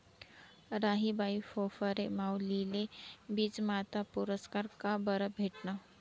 राहीबाई फोफरे माउलीले बीजमाता पुरस्कार काबरं भेटना?